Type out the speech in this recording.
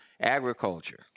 Agriculture